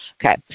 Okay